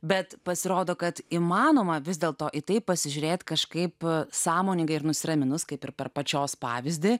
bet pasirodo kad įmanoma vis dėlto į tai pasižiūrėt kažkaip sąmoningai ir nusiraminus kaip ir per pačios pavyzdį